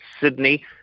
Sydney